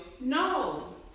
No